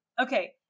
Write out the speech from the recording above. Okay